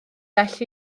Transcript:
bell